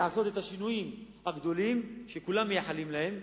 לעשות את השינויים הגדולים שכולם מייחלים להם,